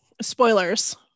spoilers